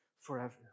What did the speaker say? forever